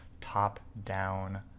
top-down